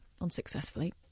unsuccessfully